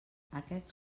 aquests